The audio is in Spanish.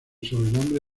sobrenombre